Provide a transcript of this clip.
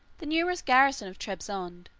the numerous garrison of trebizond,